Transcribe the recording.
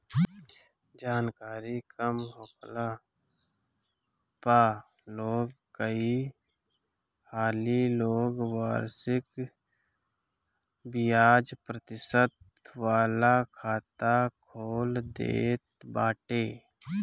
जानकरी कम होखला पअ लोग कई हाली लोग वार्षिक बियाज प्रतिशत वाला खाता खोल देत बाटे